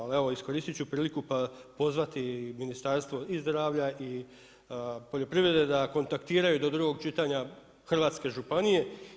Ali evo iskoristit ću priliku pa pozvati Ministarstvo i zdravlja i poljoprivrede da kontaktiraju do drugog čitanja hrvatske županije.